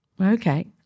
okay